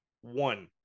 One